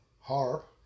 harp